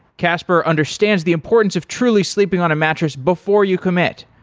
casper understands the importance of truly sleeping on a mattress before you commit,